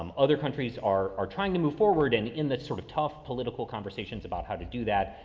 um other countries are trying to move forward and in the sort of tough political conversations about how to do that,